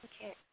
Okay